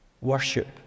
Worship